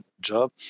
job